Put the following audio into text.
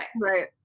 Right